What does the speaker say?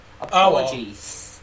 apologies